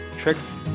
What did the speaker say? tricks